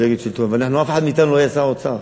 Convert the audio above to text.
כמפלגת שלטון, ואף אחד מאתנו לא היה שר האוצר.